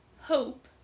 Hope